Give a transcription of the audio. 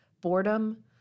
boredom